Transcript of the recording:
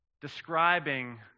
describing